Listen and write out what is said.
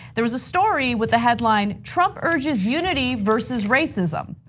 there was a story with the headline trump urges unity versus racism.